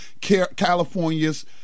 California's